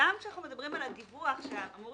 וגם כשאנחנו מדברים על הדיווח שאמור